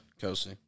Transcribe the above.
Kelsey